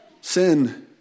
sin